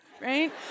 Right